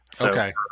Okay